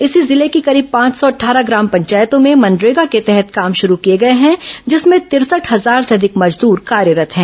इसी जिले की करीब पांच सौ अटठारह ग्राम पंचायतों में मनरेगा के तहत काम शुरू किए गए हैं जिसमें तिरसठ हजार से अधिक मजदूर कार्यरत हैं